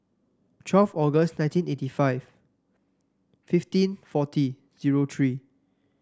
twelve August nineteen eighty five fifteen forty zero three